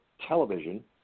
television